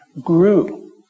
grew